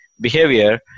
behavior